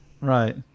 right